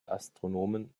astronomen